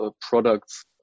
products